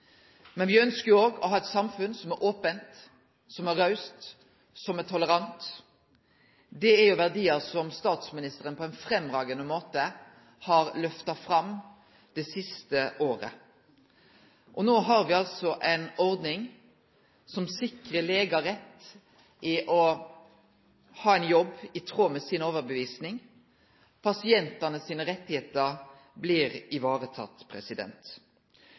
Men me ønskjer òg å ha eit samfunn som er ope, som er raust, som er tolerant. Det er verdiar som statsministeren på ein framifrå måte har lyfta fram det siste året. No har me altså ei ordning som sikrar legar rett til å ha ein jobb i tråd med overtydinga si. Pasientane sine rettar blir